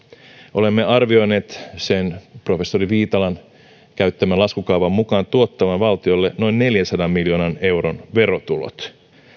olemme arvioineet sen professori viitalan käyttämän laskukaavan mukaan tuottavan valtiolle noin neljänsadan miljoonan euron verotulot